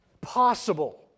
possible